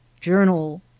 journal